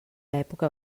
època